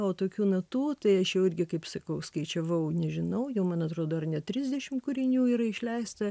o tokių natų tai aš jau irgi kaip sakau skaičiavau nežinau jau man atrodo ar ne trisdešim kūrinių yra išleista